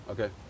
Okay